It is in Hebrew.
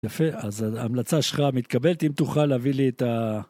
יפה, אז ההמלצה שלך מתקבלת, אם תוכל להביא לי את ה...